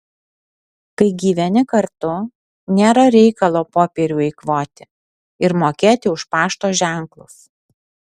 kai gyveni kartu nėra reikalo popierių eikvoti ir mokėti už pašto ženklus